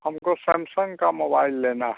हमको सैमसंग का मोबाइल लेना है